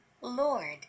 Lord